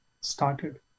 started